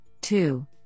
Two